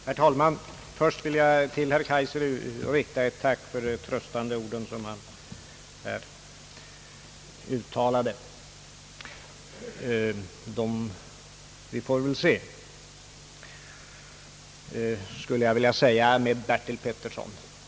Herr talman! Först vill jag till min gode vän herr Kaijser rikta ett tack för de tröstande ord som han här uttalade. Vi får väl se, skulle jag vilja säga med herr Bertil Petersson.